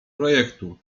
projektu